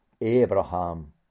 Abraham